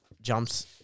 jumps